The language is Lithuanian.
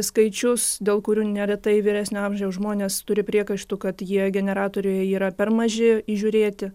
skaičius dėl kurių neretai vyresnio amžiaus žmonės turi priekaištų kad jie generatoriuje yra per maži įžiūrėti